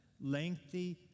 lengthy